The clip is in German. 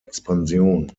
expansion